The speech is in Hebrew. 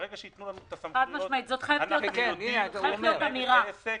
ברגע שיתנו לנו את הסמכויות אנחנו יודעים איך לנהל את העסק.